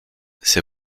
c’est